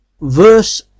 Verse